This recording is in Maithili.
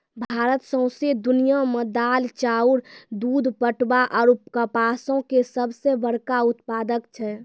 भारत सौंसे दुनिया मे दाल, चाउर, दूध, पटवा आरु कपासो के सभ से बड़का उत्पादक छै